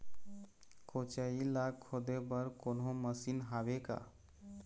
कोचई ला खोदे बर कोन्हो मशीन हावे का?